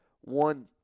One